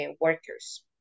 workers